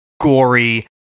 gory